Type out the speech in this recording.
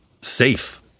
Safe